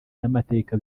y’amateka